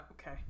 okay